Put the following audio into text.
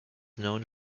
known